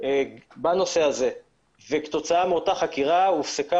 בנושא הזה וכתוצאה מאותה חקירה הופסקה